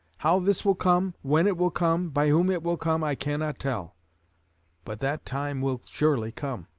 how this will come, when it will come, by whom it will come, i cannot tell but that time will surely come.